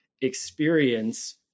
experience